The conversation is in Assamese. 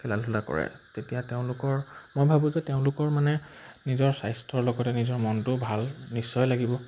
খেলা ধূলা কৰে তেতিয়া তেওঁলোকৰ মই ভাবোঁ যে তেওঁলোকৰ মানে নিজৰ স্বাস্থ্যৰ লগতে নিজৰ মনটো ভাল নিশ্চয় লাগিব